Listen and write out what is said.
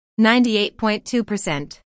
98.2%